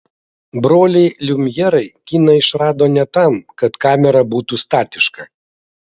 broliai liumjerai kiną išrado ne tam kad kamera būtų statiška